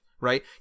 Right